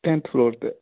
tenth floor 'ਤੇ